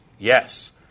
Yes